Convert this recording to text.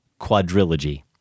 Quadrilogy